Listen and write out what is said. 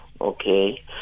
Okay